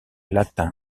latin